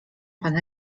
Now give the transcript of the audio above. pan